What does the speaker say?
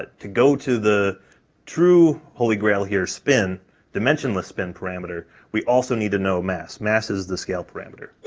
ah to go to the true holy grail here, spin dimensionless spin parameter we also need to know mass, mass is the scale parameter.